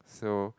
so